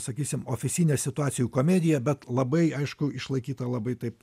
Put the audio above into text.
sakysim ofisinę situacijų komediją bet labai aišku išlaikyta labai taip